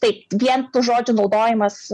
taip vien tų žodžių naudojimas